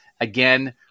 Again